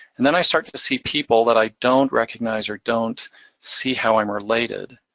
and then i started to see people that i don't recognize or don't see how i'm related.